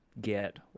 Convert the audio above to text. get